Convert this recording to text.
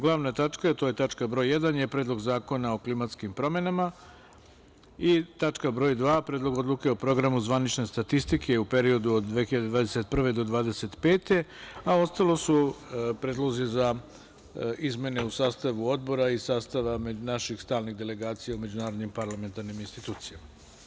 Glavna tačka broj 1. je Predlog zakona o klimatskim promenama i tačka broj 2. Predlog odluke o programu zvanične statistike u periodu od 2021. do 2025. godine, a ostalo su predlozi za izmene u sastavu Odbora i sastava naših stalnih delegacija u međunarodnim parlamentarnim institucijama.